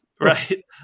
right